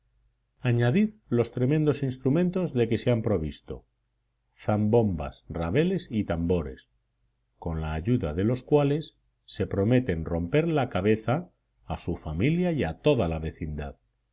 añadid los tremendos instrumentos de que se han provisto zambombas rabeles y tambores con ayuda de los cuales se prometen romper la cabeza a su familia y a toda la vecindad